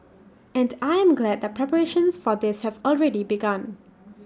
and I am glad that preparations for this have already begun